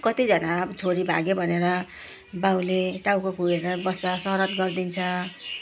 कति जना छोरी भाग्यो भनेर बाउले टाउको खुइरेर बस्छ सराध गरिदिन्छ